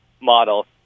model